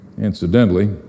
Incidentally